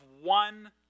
one